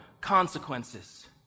consequences